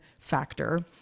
factor